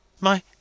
My